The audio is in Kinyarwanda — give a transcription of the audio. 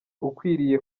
ukwiriye